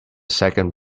second